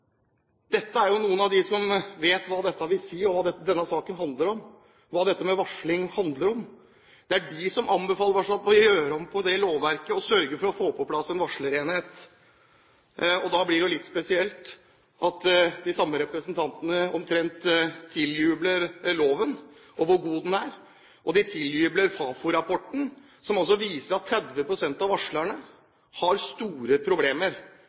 Dette er jo noen av dem som vet hva dette vil si, og hva denne saken handler om – hva dette med varsling handler om. Det er de som anbefaler oss å gjøre om på det lovverket og sørge for å få på plass en varslerenhet. Da blir det jo litt spesielt at de samme representantene omtrent tiljubler loven og hvor god den er, og de tiljubler Fafo-rapporten, som altså viser at 30 pst. av varslerne har store problemer.